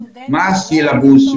מה הסילבוס,